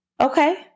okay